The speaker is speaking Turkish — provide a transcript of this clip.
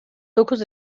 dokuz